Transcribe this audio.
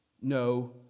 no